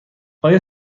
آیا